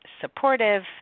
supportive